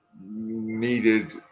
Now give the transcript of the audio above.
needed